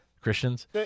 Christians